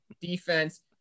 defense